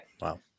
Wow